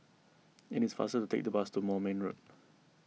it is faster to take the bus to Moulmein Road